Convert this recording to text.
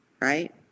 right